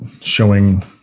showing